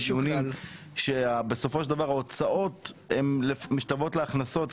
שהגיעו מחברות הענף, הנפט והגז.